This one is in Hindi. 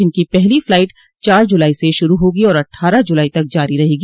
जिनकी पहली फ्लाईट चार जुलाई से शुरू होगी और अट्ठारह जुलाई तक जारी रहेंगी